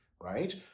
right